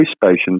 patients